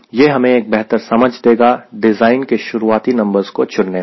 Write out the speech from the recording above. यह हमें एक बेहतर समझ देगा डिज़ाइन के शुरुआती नंबर्स को चुनने में